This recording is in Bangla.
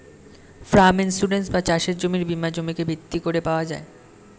ফার্ম ইন্সুরেন্স বা চাষের জমির বীমা জমিকে ভিত্তি করে পাওয়া যায়